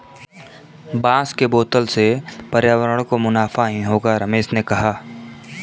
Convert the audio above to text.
बांस के बोतल से पर्यावरण को मुनाफा ही होगा रमेश ने कहा